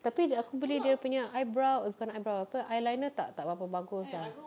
tapi aku beli dia punya eyebrow eh bukan eyebrow apa eyeliner tak tak berapa bagus ah